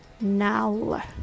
now